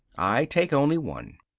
i take only one.